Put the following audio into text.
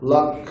Luck